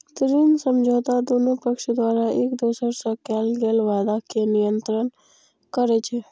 ऋण समझौता दुनू पक्ष द्वारा एक दोसरा सं कैल गेल वादा कें नियंत्रित करै छै